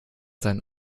sein